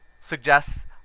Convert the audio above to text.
suggests